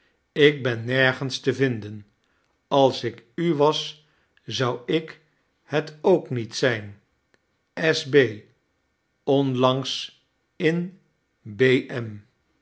ik ben nergens te vinden als ik u was zou ik het ook niet zijn s b onlangs in b m